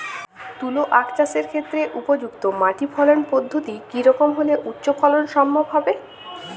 তুলো আঁখ চাষের ক্ষেত্রে উপযুক্ত মাটি ফলন পদ্ধতি কী রকম হলে উচ্চ ফলন সম্ভব হবে?